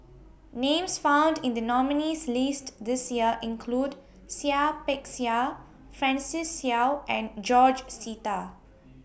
Names found in The nominees' list This Year include Seah Peck Seah Francis Seow and George Sita